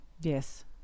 Yes